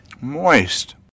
moist